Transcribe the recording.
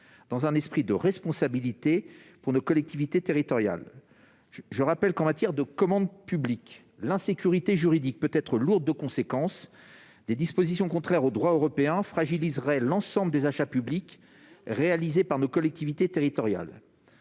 dans un esprit de responsabilité pour nos collectivités territoriales. Je rappelle que, en matière de commande publique, l'insécurité juridique peut être lourde de conséquences. Des dispositions contraires au droit européen fragiliseraient l'ensemble des achats publics réalisés par nos collectivités territoriales.